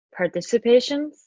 participations